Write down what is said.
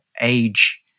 age